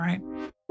right